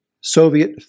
Soviet